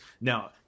now